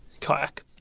Kayak